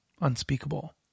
unspeakable